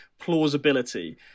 plausibility